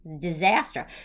Disaster